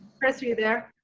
chris, are you there?